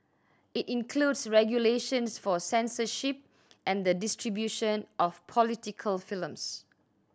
it includes regulations for censorship and the distribution of political films